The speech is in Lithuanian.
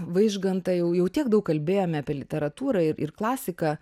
vaižgantą jau jau tiek daug kalbėjome apie literatūrą ir ir klasiką